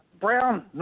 Brown